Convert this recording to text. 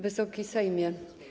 Wysoki Sejmie!